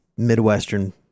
Midwestern